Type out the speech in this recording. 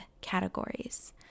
categories